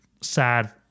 sad